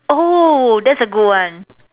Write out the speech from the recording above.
oh that's a good one